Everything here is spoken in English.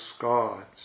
gods